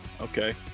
okay